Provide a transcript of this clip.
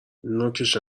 نوکش